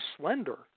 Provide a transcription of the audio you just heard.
slender